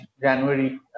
January